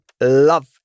love